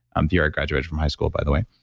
um vieira graduated from high school by the way.